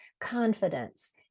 Confidence